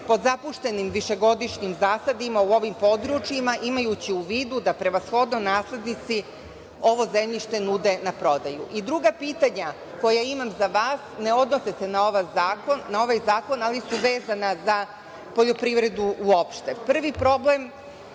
pod zapuštenim višegodišnjim zasadima u ovim područjima, imajući u vidu da prevashodno naslednici ovo zemljište nude na prodaju. Druga pitanja koja imam za vas ne odnose se na ovaj zakon, ali su vezana za poljoprivredu uopšte.